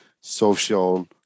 social